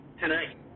tonight